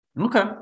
Okay